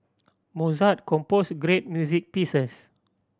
Mozart composed great music pieces